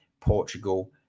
Portugal